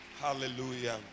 Hallelujah